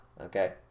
Okay